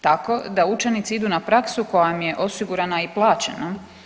Tako da učenici idu na praksu koja im je osigurana i plaćena.